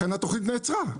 לכן התוכנית נעצרה.